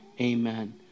amen